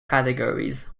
categories